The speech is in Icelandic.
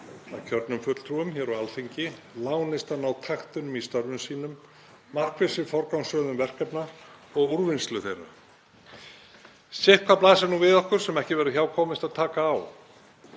að kjörnum fulltrúum á Alþingi lánist að ná taktinum í störfum sínum, markvissri forgangsröðun verkefna og úrvinnslu þeirra. Sitthvað blasir nú við okkur sem ekki verður hjá komist að taka á.